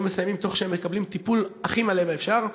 מסיימים תוך שהם מקבלים טיפול הכי מלא שאפשר,